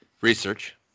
research